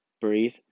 breathe